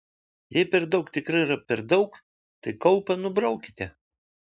jei per daug tikrai yra per daug tai kaupą nubraukite